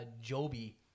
Joby